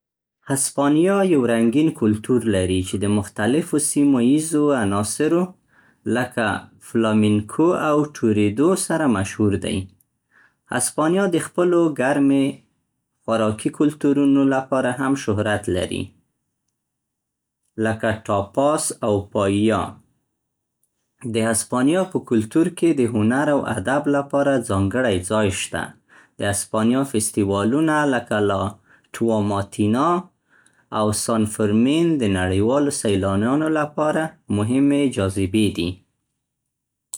هسپانیا یو رنګین کلتور لري چې د مختلفو سیمه ایزو عناصرو لکه فلامینکو او ټورېدو سره مشهور دی. هسپانیا د خپلو ګرمې خوراکي کلتورونو لپاره هم شهرت لري، لکه ټاپاس او پائیا. د هسپانیا په کلتور کې د هنر او ادب لپاره ځانګړی ځای شته. د هسپانیا فستیوالونه لکه لا ټوماتینا او سان فرمين د نړیوالو سیلانیانو لپاره مهمې جاذبې دي.